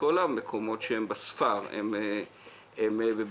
שכל המקומות שהם בספר הם בבעיה,